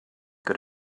good